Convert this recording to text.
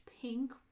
pink